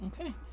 okay